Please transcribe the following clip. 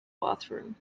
bathroom